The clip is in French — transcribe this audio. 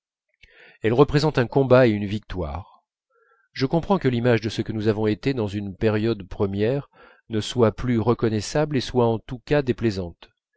elles représentent un combat et une victoire je comprends que l'image de ce que nous avons été dans une période première ne soit plus reconnaissable et soit en tous cas déplaisante